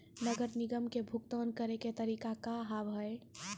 नगर निगम के भुगतान करे के तरीका का हाव हाई?